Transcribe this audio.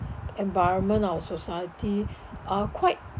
environment our society are quite